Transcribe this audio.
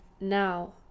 Now